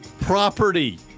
property